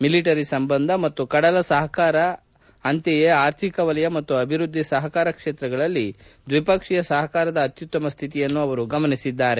military ಸಂಬಂಧಗಳು ಮತ್ತು ಕಡಲ ಸಹಕಾರ ಹಾಗೆಯೇ ಆರ್ಥಿಕ ಕ್ಷೇತ್ರ ಮತ್ತು ಅಭಿವೃದ್ದಿ ಸಹಕಾರ ಕ್ಷೇತ್ರಗಳಲ್ಲಿ ದ್ವಿಪಕ್ಷೀಯ ಸಹಕಾರದ ಅತ್ಯುತ್ತಮ ಸ್ವಿತಿಯನ್ನು ಅವರು ಗಮನಿಸಿದ್ದಾರೆ